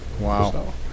Wow